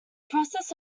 process